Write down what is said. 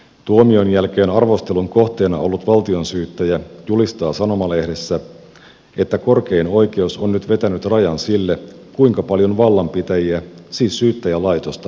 tuomion jälkeen arvostelun kohteena ollut valtionsyyttäjä julistaa sanomalehdessä että korkein oikeus on nyt vetänyt rajan sille kuinka paljon vallanpitäjiä siis syyttäjälaitosta saa arvostella